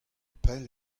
pell